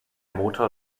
motor